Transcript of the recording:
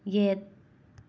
ꯌꯦꯠ